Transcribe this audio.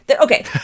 Okay